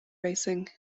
racing